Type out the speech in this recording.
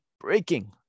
Breaking